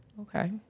Okay